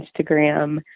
Instagram